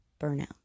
burnout